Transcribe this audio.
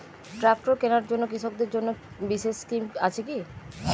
Tractor কেনার জন্য কৃষকদের জন্য বিশেষ স্কিম আছে কি?